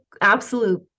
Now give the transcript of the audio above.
absolute